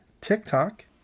TikTok